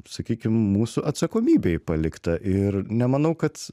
sakykim mūsų atsakomybei palikta ir nemanau kad